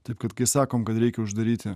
taip kad kai sakom kad reikia uždaryti